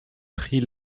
prix